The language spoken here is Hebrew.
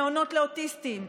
מעונות לאוטיסטים,